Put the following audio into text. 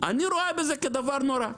אני רואה בזה דבר נורא.